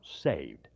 saved